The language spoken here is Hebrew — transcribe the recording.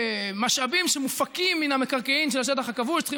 משאבים שמופקים מן המקרקעין של השטח הכבוש צריכים